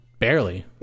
Barely